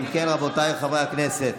אם כן, רבותיי חברי הכנסת,